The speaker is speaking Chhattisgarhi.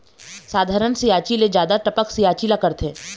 साधारण सिचायी ले जादा टपक सिचायी ला करथे